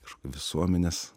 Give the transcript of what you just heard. aišku visuomenės